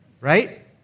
right